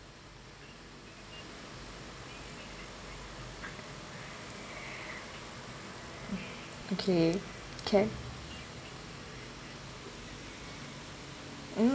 okay can mm